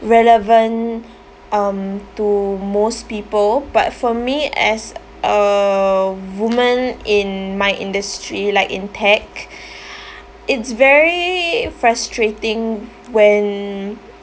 relevant um to most people but for me as a woman in my industry like in tech it's very frustrating when